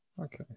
Okay